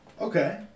Okay